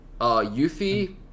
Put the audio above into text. Yuffie